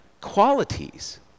qualities